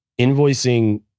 invoicing